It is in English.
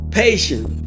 patient